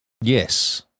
Yes